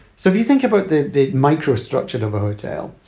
so if you think about the the microstructure of a hotel,